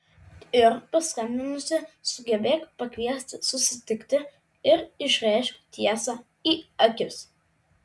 ir paskambinusi sugebėk pakviesti susitikti ir išrėžk tiesą į akis